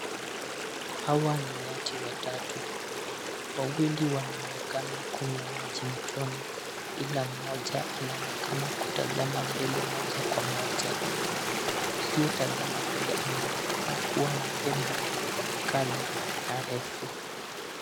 Hawa ni nyati watatu. Wawili wanonekana kunywa maji mtoni ila mmoja anaonekana kutazama mbele moja kwa moja. Aliyetazama mbele anaonekana kuwa na pembe kali na refu.